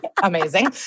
amazing